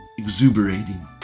exuberating